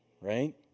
right